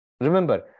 Remember